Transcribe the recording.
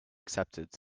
accepted